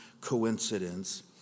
coincidence